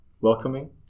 welcoming